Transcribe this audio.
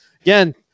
Again